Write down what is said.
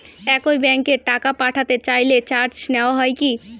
একই ব্যাংকে টাকা পাঠাতে চাইলে চার্জ নেওয়া হয় কি?